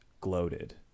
gloated